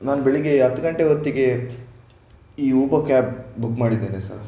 ನಾನು ಬೆಳಿಗ್ಗೆ ಹತ್ತು ಗಂಟೆ ಹೊತ್ತಿಗೆ ಈ ಉಬರ್ ಕ್ಯಾಬ್ ಬುಕ್ ಮಾಡಿದ್ದೇನೆ ಸರ್